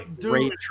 Great